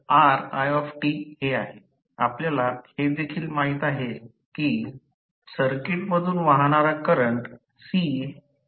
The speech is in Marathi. आपल्याला हे देखील माहित आहे की सर्किटमधून वाहणारा करंट Cdecdtit आहे